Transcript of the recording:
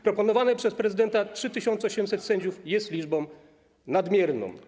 Proponowane przez prezydenta 3800 sędziów jest liczbą nadmierną.